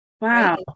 Wow